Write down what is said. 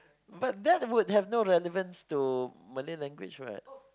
but that would have no relevance to Malay language right